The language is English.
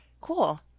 cool